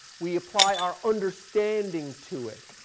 we apply our understanding to it.